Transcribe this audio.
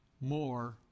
more